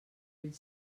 vull